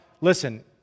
listen